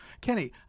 Kenny